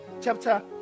chapter